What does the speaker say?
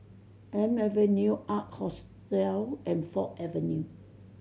Elm Avenue Ark Hostel and Ford Avenue